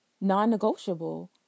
non-negotiable